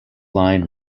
line